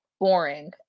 boring